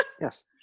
Yes